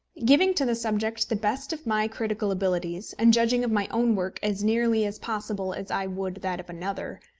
giving to the subject the best of my critical abilities, and judging of my own work as nearly as possible as i would that of another,